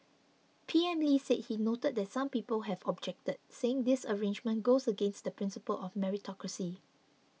P M Lee said he noted that some people have objected saying this arrangement goes against the principle of meritocracy